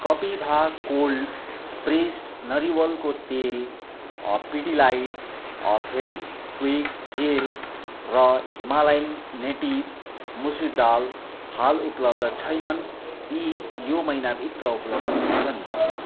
कपिभा cold pressed नरिवलको तेल Pidilite Fevikwik gel र हिमालयन नेटिभ्स मुसुरी दाल हाल उपलब्ध छैनन् यी यो महिनाभित्र उपलब्ध हुनेछन्